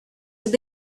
have